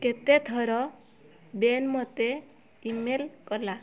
କେତେଥର ବେନ୍ ମୋତେ ଇମେଲ୍ କଲା